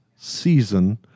season